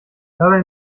dabei